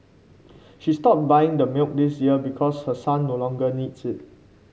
she stopped buying the milk this year because her son no longer needs it